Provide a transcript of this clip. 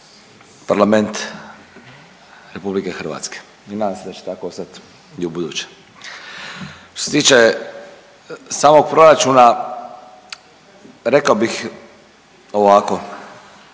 parlament RH i nadam se da će tako ostati i ubuduće. Što se tiče samog proračuna rekao bih ovako.